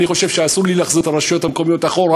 אני חושב שאסור לי להחזיר את הרשויות המקומיות אחורה,